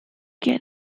get